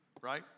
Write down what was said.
right